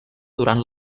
durant